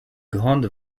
grande